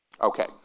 Okay